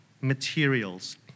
materials